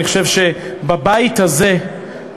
אני חושב שבבית הזה,